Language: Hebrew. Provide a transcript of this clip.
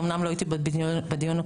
אמנם לא הייתי בדיון הקודם,